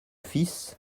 fils